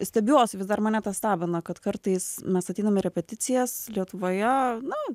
stebiuosi vis dar mane tas stebina kad kartais mes ateinam į repeticijas lietuvoje nu